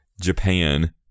Japan